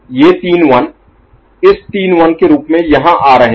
ये तीन 1 इस तीन 1 के रूप में यहाँ आ रहे हैं